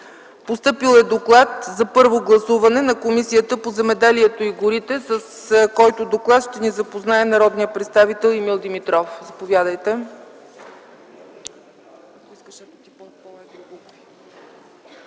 Постъпил е доклад за първо гласуване от Комисията по земеделието и горите, с който доклад ще ни запознае народният представител Емил Димитров. ДОКЛАДЧИК